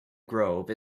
grove